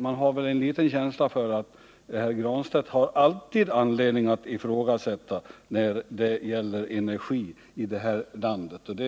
Man har en liten känsla av att herr Granstedt alltid har anledning att ifrågasätta när det gäller energin i detta land. Och